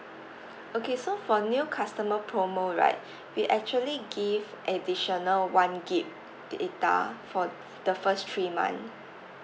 okay so for new customer promo right we actually give additional one gig data for the first three month